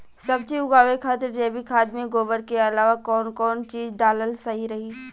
सब्जी उगावे खातिर जैविक खाद मे गोबर के अलाव कौन कौन चीज़ डालल सही रही?